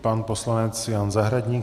Pan poslanec Jan Zahradník.